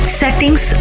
settings